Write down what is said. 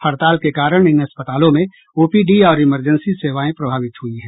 हड़ताल के कारण इन अस्पतालों में ओपीडी और इमरजेंसी सेवाएं प्रभावित हुई हैं